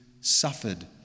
suffered